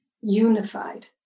unified